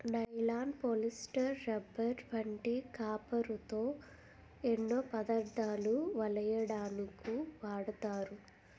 nylon, polyester, rubber వంటి కాపరుతో ఎన్నో పదార్ధాలు వలెయ్యడానికు వాడతారు